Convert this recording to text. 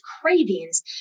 cravings